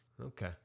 Okay